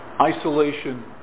Isolation